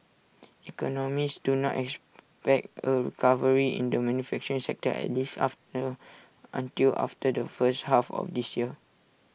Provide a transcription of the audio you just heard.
economists do not expect A recovery in the manufacturing sector at least after until after the first half of this year